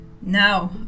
Now